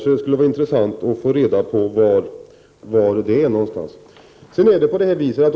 Det skulle därför vara intressant att få reda på var Jan Sandberg anser att det finns för många samlingslokaler.